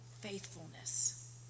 faithfulness